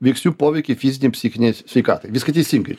veiksnių poveikį fizinei psichinei sveikatai viską teisingai